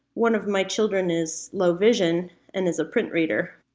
one of my children is low vision and is a print reader.